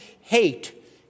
hate